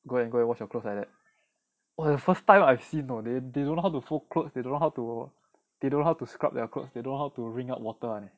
go and go and wash your clothes like that was the first time I've seen know they don't know how to fold clothes they don't know how to they don't know how to scrub their clothes they don't know how to wring out water [one] leh